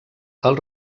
els